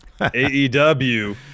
AEW